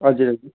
हजुर हजुर